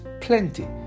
plenty